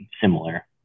similar